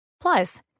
Plus